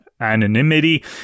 anonymity